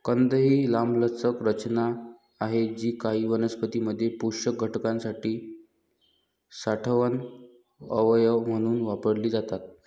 कंद ही लांबलचक रचना आहेत जी काही वनस्पतीं मध्ये पोषक घटकांसाठी साठवण अवयव म्हणून वापरली जातात